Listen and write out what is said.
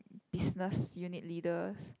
business unit leader